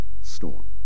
storm